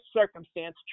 circumstance